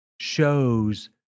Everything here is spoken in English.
shows